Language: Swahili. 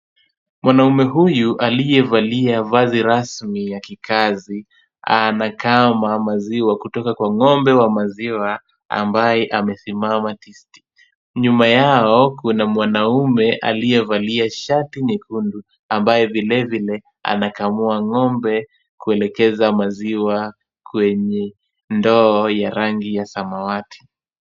Mwanamume huyu aliyevalia vazi rasmi ya kikazi, anakama maziwa kutoka kwa ng'ombe wa maziwa ambaye amesimama tisti. Nyuma yao kuna mwanamume aliyevalia shati nyekundu, ambaye vilevile anakamua ng'ombe kuelekeza maziwa kwenye ndoo ya rangi ya samawati.